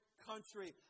country